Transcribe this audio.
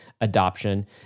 adoption